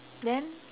then